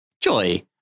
Joy